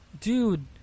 Dude